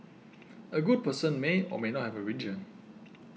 a good person may or may not have a religion